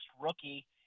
rookie